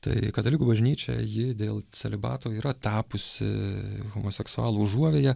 tai katalikų bažnyčia ji dėl celibato yra tapusi homoseksualų užuovėja